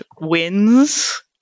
wins